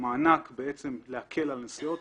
מענק כדי להקל על הנסיעות